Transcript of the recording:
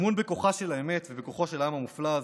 אמון בכוחה של האמת ובכוחו של העם המופלא הזה.